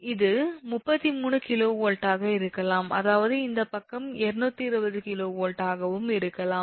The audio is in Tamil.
இது 33 𝑘𝑉 ஆக இருக்கலாம் அதாவது இந்தப் பக்கம் 220 𝑘𝑉ஆகவும் இருக்கலாம்